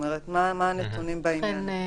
מה הנתונים בעניין?